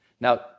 Now